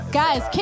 guys